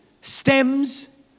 stems